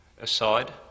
aside